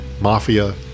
mafia